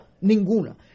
ninguna